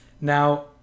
now